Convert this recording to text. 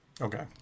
Okay